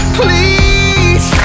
please